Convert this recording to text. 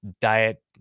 diet